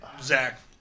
Zach